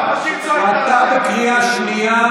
למה כשהיא צועקת עליי, אתה בקריאה שנייה.